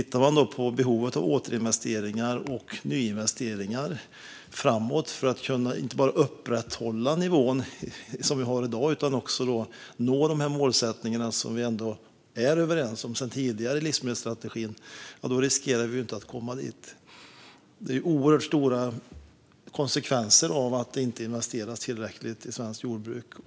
När det gäller behovet av återinvesteringar och nyinvesteringar framöver för att kunna inte bara upprätthålla den nivå vi har i dag utan också nå de målsättningar som vi sedan tidigare är överens om i livsmedelsstrategin riskerar vi att inte klara det. Det blir oerhört stora konsekvenser av att det inte investeras tillräckligt i svenskt jordbruk.